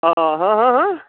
آ ہاں ہاں ہاں